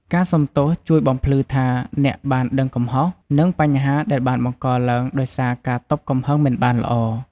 ការសុំទោសជួយបំភ្លឺថាអ្នកបានដឹងកំហុស និងបញ្ហាដែលបានបង្កឡើយដោយសារការទប់កំហឹងមិនបានល្អ។